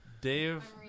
Dave